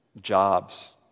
jobs